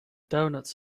donuts